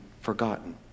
forgotten